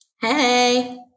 hey